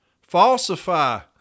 falsify